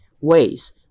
ways